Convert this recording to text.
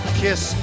kiss